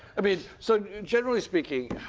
i mean, so generally speaking,